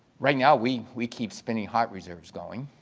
right now we we keep spinning hot reserves going.